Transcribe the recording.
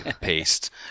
paste